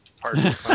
Pardon